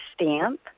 stamp